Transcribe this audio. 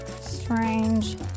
Strange